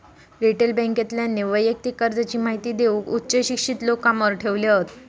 retail बॅन्केतल्यानी वैयक्तिक कर्जाची महिती देऊक उच्च शिक्षित लोक कामावर ठेवले हत